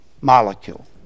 molecule